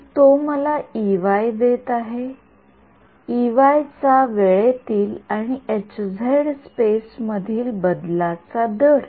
तर तो मला देत आहे चा वेळेतील आणि स्पेस मधील बदलाचा दर